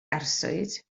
arswyd